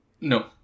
No